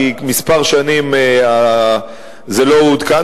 כי כמה שנים זה לא עודכן,